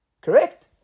Correct